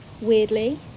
weirdly